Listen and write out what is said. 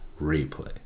replay